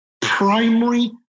primary